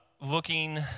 looking